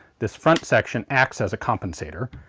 this front section acts as a compensator.